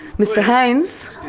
mr haines,